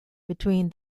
between